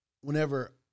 whenever